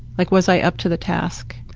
like was i up to the task?